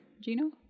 Gino